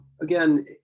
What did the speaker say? again